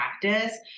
practice